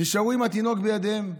נשארו עם התינוק בידיהם,